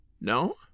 No